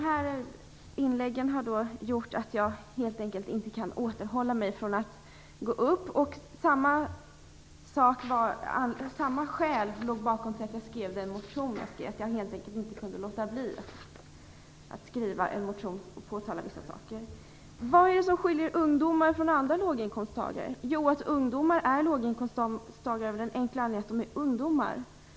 De inläggen har gjort att jag helt enkelt inte kan avhålla mig från att gå upp i debatten. Samma skäl låg bakom den motion jag skrev. Jag kunde helt enkelt låta bli att skriva en motion och påtala vissa saker. Vad är det som skiljer ungdomar från andra låginkomsttagare? Ungdomar är låginkomsttagare av den enkla anledningen att de är ungdomar.